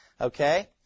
Okay